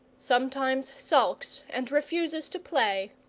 sometimes sulks and refuses to play.